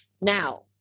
now